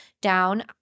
down